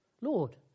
Lord